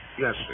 Yes